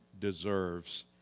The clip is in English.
deserves